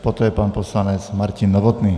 Poté pan poslanec Martin Novotný.